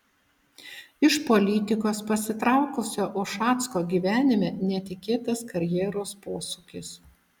iš politikos pasitraukusio ušacko gyvenime netikėtas karjeros posūkis